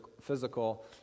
physical